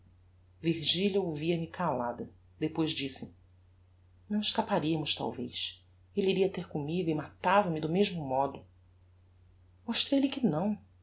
afflicções virgilia ouvia-me calada depois disse não escapariamos talvez elle iria ter commigo e matava me do mesmo modo mostrei-lhe que não